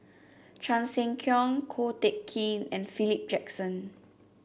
Chan Sek Keong Ko Teck Kin and Philip Jackson